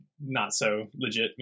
not-so-legit